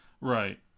Right